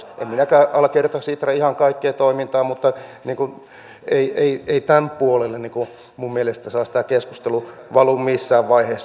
en minäkään allekirjoita ihan kaikkea sitran toimintaa mutta ei tämän puolelle minun mielestäni saisi tämä keskustelu valua missään vaiheessa